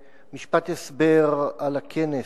משפט הסבר על הכנס.